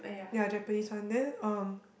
ya Japanese one then um